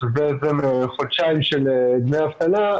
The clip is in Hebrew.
שזה חודשיים של דמי אבטלה,